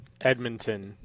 Edmonton